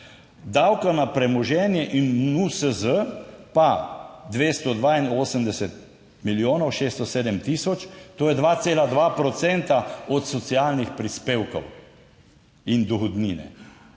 davka na premoženje in NUSZ pa 282 milijonov 607 tisoč, to je 2,2 % od socialnih prispevkov in dohodnine,